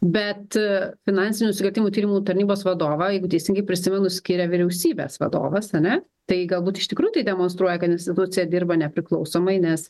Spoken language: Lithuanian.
bet finansinių nusikaltimų tyrimų tarnybos vadovą jeigu teisingai prisimenu skiria vyriausybės vadovas ane tai galbūt iš tikrųjų tai demonstruoja kad institucija dirba nepriklausomai nes